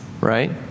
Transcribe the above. Right